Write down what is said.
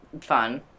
Fun